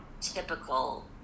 typical